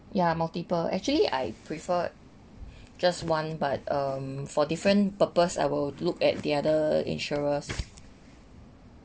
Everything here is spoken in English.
ya multiple actually I prefer just one but um for different purpose I will look at the other insurers